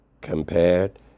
compared